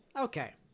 Okay